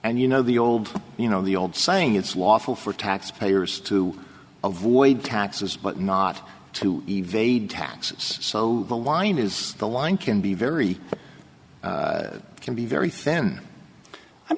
and you know the old you know the old saying it's lawful for taxpayers to avoid taxes but not to evade taxes so the line is the line can be very can be very thin i'm